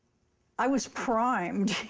i was primed,